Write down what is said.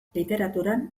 literaturan